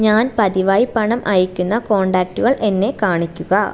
ഞാൻ പതിവായി പണം അയയ്ക്കുന്ന കോണ്ടാക്ടുകൾ എന്നെ കാണിക്കുക